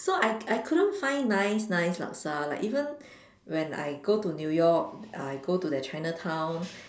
so I I couldn't find nice nice laksa like even when I go to new York I go to their Chinatown